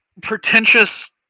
pretentious